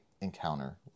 encounter